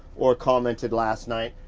or commented last night,